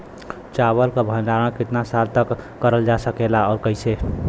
चावल क भण्डारण कितना साल तक करल जा सकेला और कइसे?